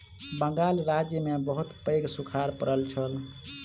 बंगाल राज्य में बहुत पैघ सूखाड़ पड़ल छल